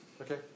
Okay